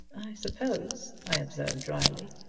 suppose, i observed dryly,